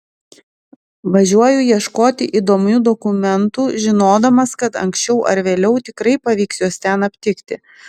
važiuoju ieškoti įdomių dokumentų žinodamas kad anksčiau ar vėliau tikrai pavyks juos ten aptikti